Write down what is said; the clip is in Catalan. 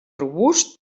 robust